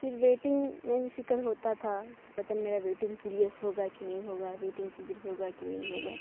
پھر ویٹنگ میں بھی فکر ہوتا تھا کہ پتہ نہیں میرا ویٹنگ کلیئر ہوگا کہ نہیں ہوگا ویٹنگ کلیئر ہوگا کہ نہیں ہوگا